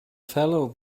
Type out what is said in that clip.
fellow